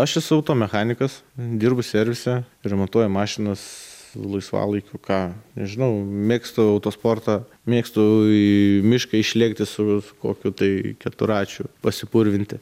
aš esu auto mechanikas dirbu servise remontuoju mašinas laisvalaikiu ką nežinau mėgstu autosportą mėgstu į mišką išlėkti su kokiu tai keturračiu pasipurvinti